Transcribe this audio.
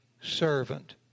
servant